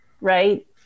Right